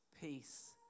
peace